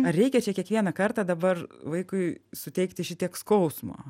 ar reikia čia kiekvieną kartą dabar vaikui suteikti šitiek skausmo